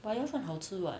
but 鸭饭好吃 [what]